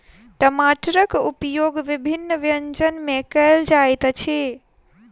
टमाटरक उपयोग विभिन्न व्यंजन मे कयल जाइत अछि